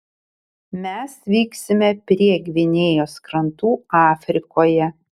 mes vyksime prie gvinėjos krantų afrikoje